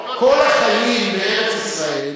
כל החיים בארץ-ישראל,